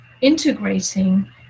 integrating